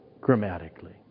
grammatically